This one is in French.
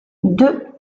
deux